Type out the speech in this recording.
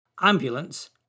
ambulance